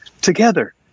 together